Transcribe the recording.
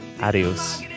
adios